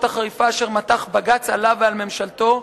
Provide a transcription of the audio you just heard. החריפה אשר מתח בג"ץ עליו ועל ממשלתו,